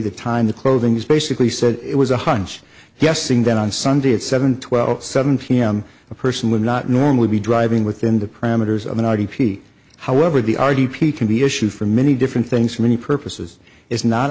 the time the clothing's basically said it was a hunch guessing that on sunday at seven twelve seven pm a person would not normally be driving within the parameters of an r g p however the r d p can be issued for many different things for many purposes is not